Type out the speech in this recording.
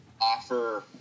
offer